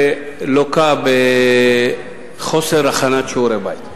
לוקה בחוסר הכנת שיעורי-בית,